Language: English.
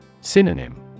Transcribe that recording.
Synonym